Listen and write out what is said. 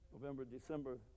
November-December